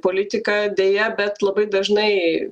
politika deja bet labai dažnai